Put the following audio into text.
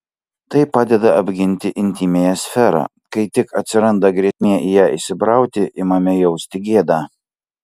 tai padeda apginti intymiąją sferą kai tik atsiranda grėsmė į ją įsibrauti imame jausti gėdą